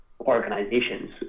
organizations